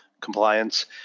compliance